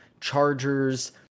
Chargers